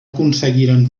aconseguiren